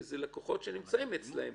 כי זה לקוחות שנמצאים אצלם.